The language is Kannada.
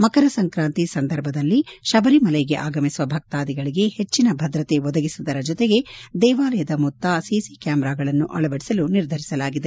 ಮಕರ ಸಂಕ್ರಾಂತಿ ಸಂದರ್ಭದಲ್ಲಿ ಶಬರಿಮಲೆಗೆ ಆಗಮಿಸುವ ಭಕ್ತಾದಿಗಳಗೆ ಹೆಚ್ಚಿನ ಭದ್ರತೆ ಒದಗಿಸುವುದರ ಜೊತೆಗೆ ದೇವಾಲಯದ ಸುತ್ತಮುತ್ತ ಸಿಸಿಟವಿ ಕ್ವಾಮರಾಗಳನ್ನು ಅಳವಡಿಸಲು ನಿರ್ಧರಿಸಲಾಗಿದೆ